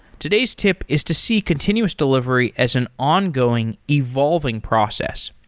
today's tip is to see continuous delivery as an ongoing evolving process.